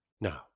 Now